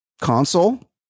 console